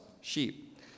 sheep